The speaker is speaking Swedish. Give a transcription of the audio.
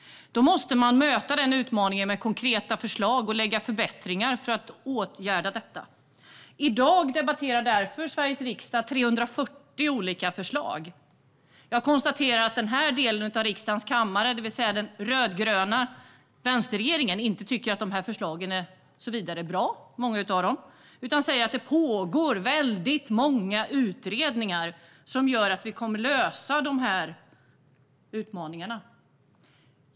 Vi måste möta denna utmaning med konkreta förslag och lägga fram förslag om förbättringar för att åtgärda detta. I dag debatterar Sveriges riksdag därför 340 olika förslag. Många av dessa förslag tycker inte den rödgröna vänstern här i kammaren är bra. Man menar att det pågår en massa utredningar som kommer att lösa denna utmaning.